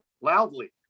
loudly